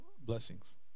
blessings